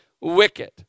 wicked